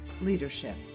leadership